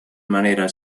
manera